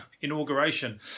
inauguration